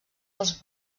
als